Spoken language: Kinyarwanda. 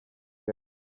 aya